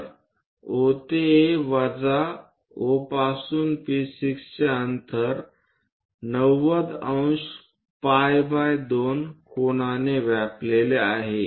तर O ते A वजा O पासून P 6 चे अंतर 90 ° पाय बाय 2 कोनाने व्यापलेले आहे